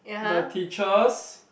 the teachers